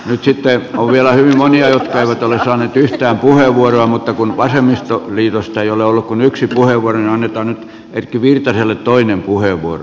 nyt sitten on vielä hyvin monia jotka eivät ole saaneet yhtään puheenvuoroa mutta kun vasemmistoliitosta ei ole ollut kuin yksi puheenvuoro niin annetaan nyt erkki virtaselle toinen puheenvuoro tässä välissä